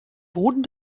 boden